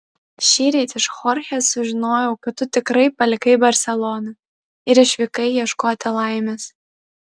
šįryt iš chorchės sužinojau kad tu tikrai palikai barseloną ir išvykai ieškoti laimės